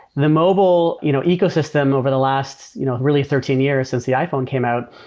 the mobile you know ecosystem over the last, you know really, thirteen years since the iphone came out,